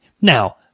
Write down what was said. now